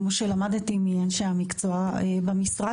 כמו שלמדתי מאנשי המקצוע במשרד,